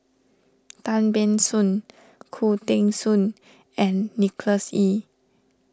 Tan Ban Soon Khoo Teng Soon and Nicholas Ee